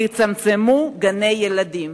תצמצמו גני-ילדים.